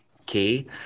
okay